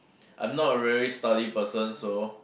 I'm not a really study person so